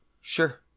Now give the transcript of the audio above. sure